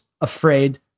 afraid